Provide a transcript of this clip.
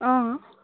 অঁ